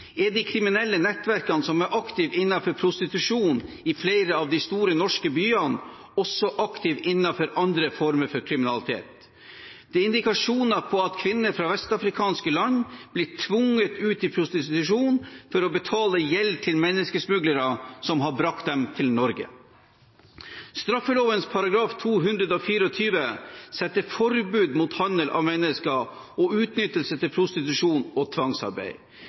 er de kriminelle nettverkene som er aktive innenfor prostitusjon i flere av de store norske byene, også aktive innenfor andre former for kriminalitet. Det er indikasjoner på at kvinner fra vestafrikanske land blir tvunget ut i prostitusjon for å betale gjeld til menneskesmuglere som har brakt dem til Norge. Straffeloven § 224 setter forbud mot handel av mennesker og utnyttelse til prostitusjon og tvangsarbeid.